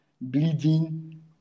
bleeding